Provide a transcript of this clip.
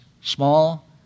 small